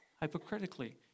hypocritically